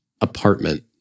apartment